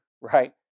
Right